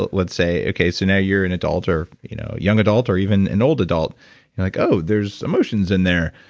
let's say, okay, so now you're an and adult or you know young adult or even an old adult, and like, oh, there's emotions in there.